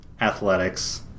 athletics